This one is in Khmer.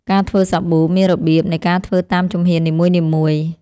ការធ្វើសាប៊ូ មានរបៀបនៃការធ្វើតាមជំហាននីមួយៗ។